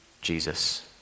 Jesus